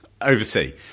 oversee